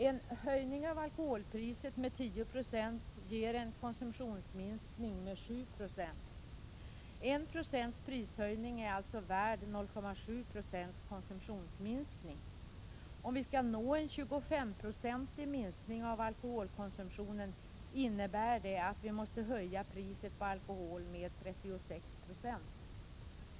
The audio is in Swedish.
En höjning av alkoholpriset med 10 96 ger en konsumtionsminskning med 7 96. 1 procents prishöjning är alltså värd 0,7 procents konsumtionsminskning. Om vi skall nå en 25-procentig minskning av alkoholkonsumtionen, måste vi höja priset på alkohol med 36 96.